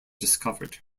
discovered